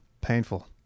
painful